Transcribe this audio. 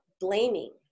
blaming